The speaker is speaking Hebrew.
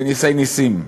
בנסי-נסים.